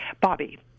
Bobby